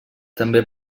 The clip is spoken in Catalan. també